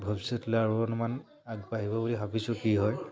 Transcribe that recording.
ভৱিষ্যতলৈ আৰু অলপমান আগবাঢ়িব বুলি ভাবিছোঁ কি হয়